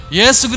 Yes